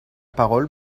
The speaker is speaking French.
parole